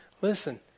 listen